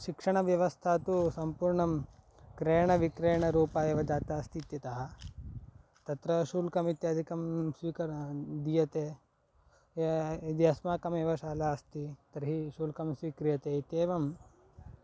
शिक्षणव्यवस्था तु सम्पूर्णं क्रयणविक्रयणरूपा एव जाता अस्ति इत्यतः तत्र शुल्कमित्यादिकं स्वीकर् दीयते य यदि अस्माकमेव शाला अस्ति तर्हि शुल्कं स्वीक्रियते इत्येवं